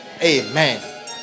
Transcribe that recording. Amen